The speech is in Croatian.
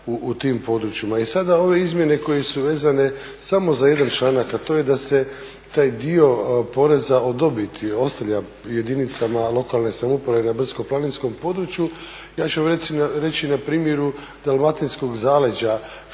u tim područjima. I sada ove izmjene koje su vezane samo za jedan članak a to je da se taj dio poreza od dobiti ostavlja jedinicama lokalne samouprave na brdsko-planinskom području ja ću vam reći na primjeru Dalmatinskog zaleđa